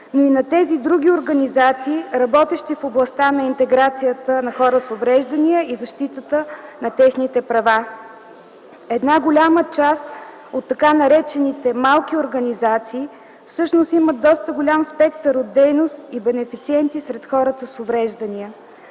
но и на тези други организации, работещи в областта на интеграцията на хора с увреждания и защитата на техните права. Една голяма част от така наречените „малки организации” всъщност имат доста голям спектър от дейности и бенефициенти сред хората с увреждания.